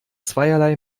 zweierlei